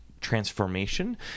transformation